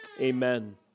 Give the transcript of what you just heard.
Amen